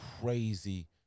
crazy